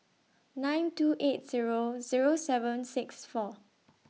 nine two eight Zero Zero seven six four